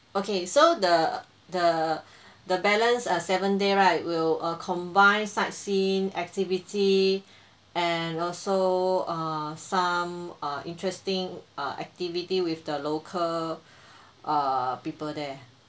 okay so the the the balance uh seven day right will uh combine sightseeing activity and also err some err interesting err activity with the local err people there